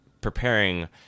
preparing